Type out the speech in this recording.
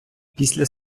після